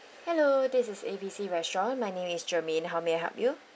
hello this is A B C restaurant my name is germaine how may I help you